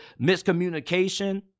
miscommunication